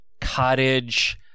cottage